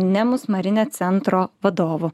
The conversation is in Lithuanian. nemus marine centro vadovu